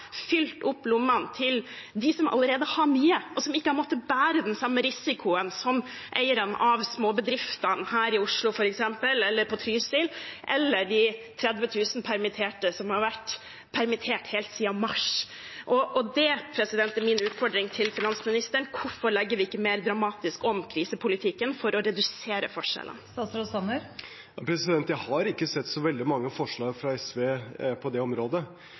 fylt opp lommene til dem som allerede har mye, og som ikke har måttet bære den samme risikoen som eierne av småbedriftene her i Oslo, f.eks., eller på Trysil har måttet, eller som de 30 000 permitterte, som har vært permittert helt siden mars, har måttet. Det er min utfordring til finansministeren: Hvorfor legger man ikke om krisepolitikken mer dramatisk for å redusere forskjellene? Jeg har ikke sett så veldig mange forslag fra SV på det området.